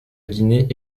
guinée